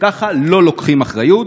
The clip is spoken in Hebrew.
ככה לא לוקחים אחריות,